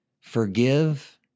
forgive